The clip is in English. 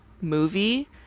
movie